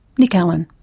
nick allen.